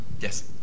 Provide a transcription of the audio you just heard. yes